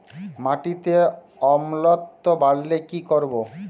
মাটিতে অম্লত্ব বাড়লে কি করব?